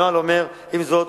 הנוהל אומר: עם זאת,